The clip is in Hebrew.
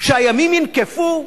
שהימים ינקפו,